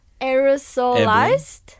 aerosolized